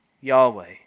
Yahweh